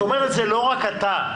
זאת אומרת, זה לא רק אתה.